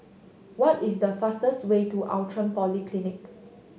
what is the fastest way to Outram Polyclinic